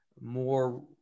more